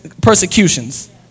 persecutions